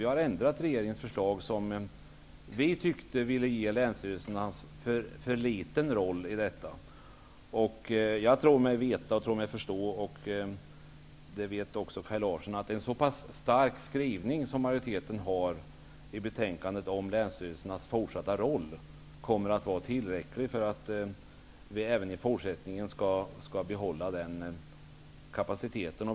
Vi har ändrat regeringens förslag, eftersom vi tyckte att det skulle ge länsstyrelserna för liten roll. Jag tror mig veta och förstå -- det vet också Kaj Larsson -- att majoriteten har en så pass stark skrivning i betänkandet om länsstyrelsernas fortsatta roll att den kommer att vara tillräcklig för att vi även i fortsättningen skall kunna behålla den kapaciteten.